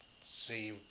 see